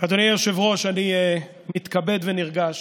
אדוני היושב-ראש, אני מתכבד ונרגש